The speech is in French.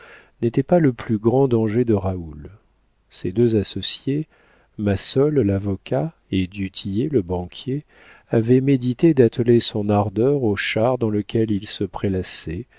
n'était pas le plus grand danger de raoul ses deux associés massol l'avocat et du tillet le banquier avaient médité d'atteler son ardeur au char dans lequel ils se prélassaient